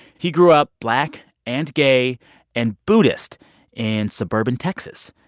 he grew up black and gay and buddhist in suburban texas.